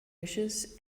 wishes